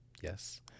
yes